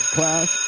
Class